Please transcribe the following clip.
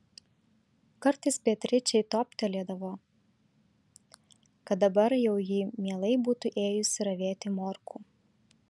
kartais beatričei toptelėdavo kad dabar jau ji mielai būtų ėjusi ravėti morkų